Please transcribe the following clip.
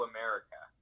America